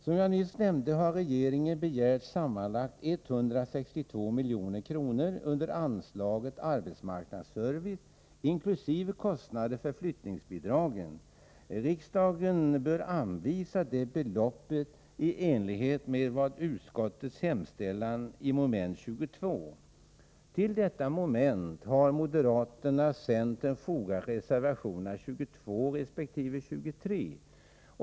Som jag nyss nämnde har regeringen begärt sammanlagt 162 milj.kr. under anslaget Arbetsmarknadsservice, inkl. kostnaderna för flyttningsbidragen. Riksdagen bör anvisa det beloppet, i enlighet med utskottets hemställan i mom. 22. Till detta moment har moderaterna och centern fogat reservationerna 22 resp. 23.